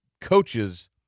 coaches